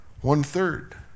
one-third